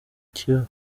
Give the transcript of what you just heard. kibeho